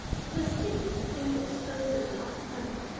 it was sticky with being exposed to the hot sun,